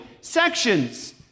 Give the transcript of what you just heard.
sections